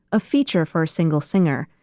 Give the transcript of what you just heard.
a feature for a single singer,